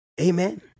Amen